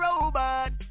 robot